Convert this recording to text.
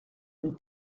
une